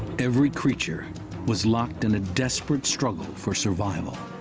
every creature was locked in a desperate struggle for survival,